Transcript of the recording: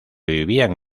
vivían